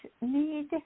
need